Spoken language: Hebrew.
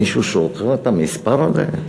יש מישהו שעוצר את המספר הזה?